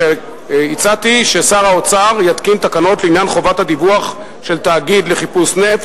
והצעתי ששר האוצר יתקין תקנות לעניין חובת הדיווח של תאגיד לחיפוש נפט,